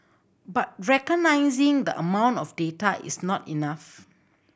but recognising the amount of data is not enough